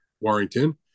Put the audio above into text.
Warrington